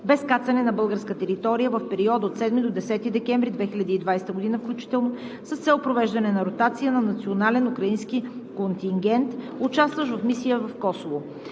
без кацане на българска територия в периода от 7 до 10 декември 2020 г. включително с цел провеждане на ротация на национален украински контингент, участващ в мисия в Косово;